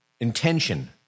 Intention